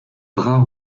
brun